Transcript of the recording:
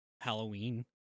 Halloween